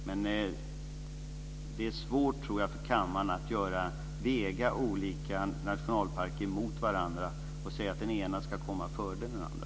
Men jag tror att det är svårt för kammaren att väga olika förslag om nationalparker mot varandra och säga att det ena ska komma före det andra.